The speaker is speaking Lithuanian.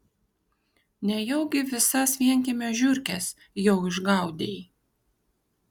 nejaugi visas vienkiemio žiurkes jau išgaudei